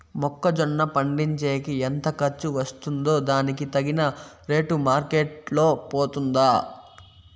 మొక్క జొన్న పండించేకి ఎంత ఖర్చు వస్తుందో దానికి తగిన రేటు మార్కెట్ లో పోతుందా?